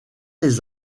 les